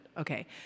okay